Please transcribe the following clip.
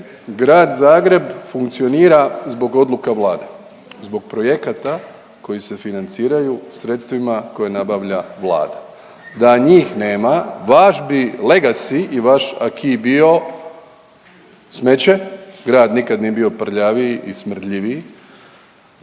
Grad Zagreb funkcionira zbog odluka Vlade, zbog projekata koji se financiraju sredstvima koje nabavlja Vlada, da njih nema vaš bi legacy i vaš akibio, smeće, grad nikad nije bio prljaviji i smrdljivi,